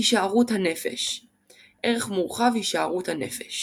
הישארות הנפש ערך מורחב – הישארות הנפש